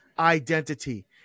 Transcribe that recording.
Identity